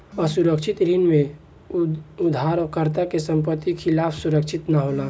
असुरक्षित ऋण में उधारकर्ता के संपत्ति के खिलाफ सुरक्षित ना होला